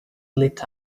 lit